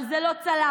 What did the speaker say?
אבל זה לא צלח.